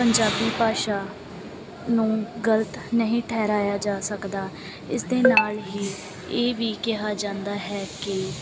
ਪੰਜਾਬੀ ਭਾਸ਼ਾ ਨੂੰ ਗਲਤ ਨਹੀਂ ਠਹਿਰਾਇਆ ਜਾ ਸਕਦਾ ਇਸ ਦੇ ਨਾਲ ਹੀ ਇਹ ਵੀ ਕਿਹਾ ਜਾਂਦਾ ਹੈ ਕਿ